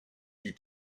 you